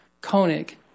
Koenig